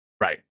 right